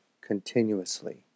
continuously